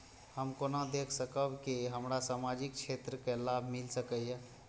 हम केना देख सकब के हमरा सामाजिक क्षेत्र के लाभ मिल सकैये?